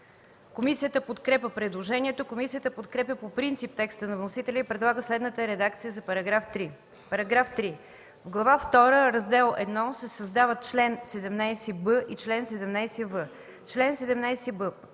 Комисията подкрепя предложението. Комисията подкрепя по принцип текста на вносителя и предлага следната редакция за § 3: „§ 3. В Глава втора, Раздел I се създават чл. 17б и чл. 17в: „Чл. 17б.